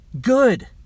Good